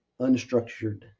unstructured